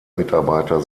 mitarbeiter